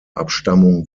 abstammung